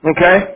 Okay